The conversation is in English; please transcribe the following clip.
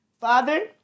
Father